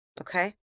okay